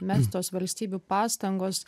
mestos valstybių pastangos